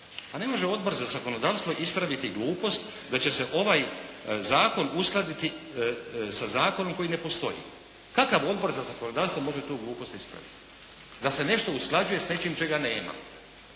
Pa ne može Odbor za zakonodavstvo ispraviti glupost da će se ovaj Zakon uskladiti sa zakonom koji ne postoji. Kakav Odbor za zakonodavstvo može tu glupost ispraviti. Da se nešto usklađuje sa nečim čega nema.